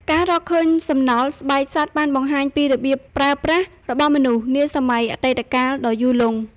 ការរកឃើញសំណល់ស្បែកសត្វបានបង្ហាញពីរបៀបប្រើប្រាស់របស់មនុស្សនាសម័យអតីតកាលដ៏យូរលង់។